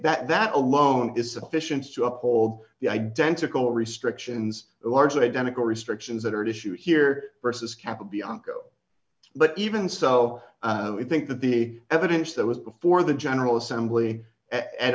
that that alone is sufficient to uphold the identical restrictions large identical restrictions that are at issue here versus capital bianco but even so i think that the evidence that was before the general assembly at